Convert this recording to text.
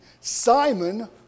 Simon